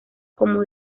como